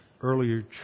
earlier